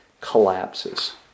collapses